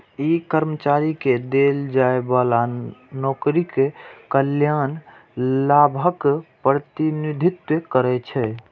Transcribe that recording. ई कर्मचारी कें देल जाइ बला नौकरीक कल्याण लाभक प्रतिनिधित्व करै छै